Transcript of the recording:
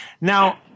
Now